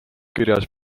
kirjas